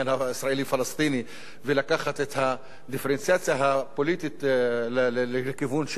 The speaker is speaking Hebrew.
ולקחת את הדיפרנציאציה הפוליטית לכיוון של אירן סביב הנושא האירני,